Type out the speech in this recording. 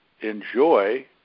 enjoy